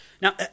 Now